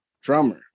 drummer